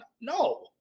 No